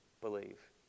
believe